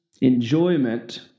enjoyment